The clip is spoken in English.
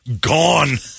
gone